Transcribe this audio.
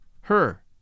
Her